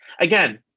again